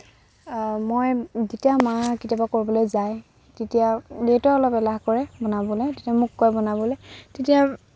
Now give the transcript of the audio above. মই যেতিয়া মা কেতিয়াবা ক'ৰবালে যায় তেতিয়া দেউতায়ো অলপ এলাহ কৰে বনাবলে তেতিয়া মোক কয় বনাবলে তেতিয়া